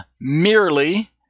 merely